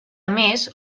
més